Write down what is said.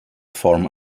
form